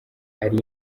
ari